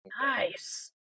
Nice